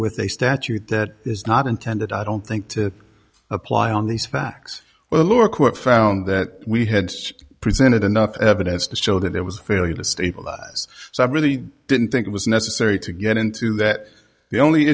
with a statute that is not intended i don't think to apply on these facts well or court found that we had such presented enough evidence to show that there was failure to stabilize so i really didn't think it was necessary to get into that the only